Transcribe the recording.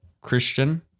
Christian